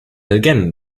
again